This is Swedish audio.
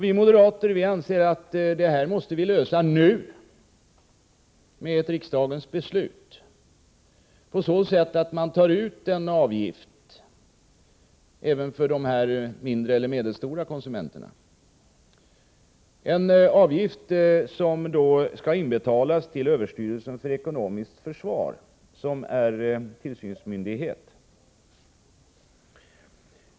Vi moderater anser att den här frågan måste lösas nu, med ett riksdagens tillkännagivande till regeringen att avgift tas ut även för dessa mindre eller medelstora konsumenter. Det skall vara en avgift som inbetalas till överstyrelsen för ekonomiskt försvar, som är tillsynsmyndighet.